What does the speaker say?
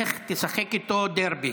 לך תשחק איתו דרבי.